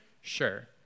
Sure